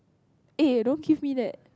eh don't give me that